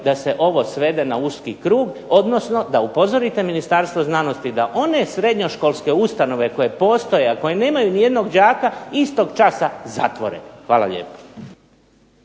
da se ovo svede na uski krug, odnosno da upozorite Ministarstvo znanosti da one srednjoškolske ustanove koje postoje, a koje nemaju nijednog đaka istog časa zatvore. Hvala lijepo.